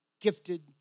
Gifted